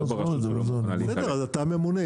אבל אתה הממונה,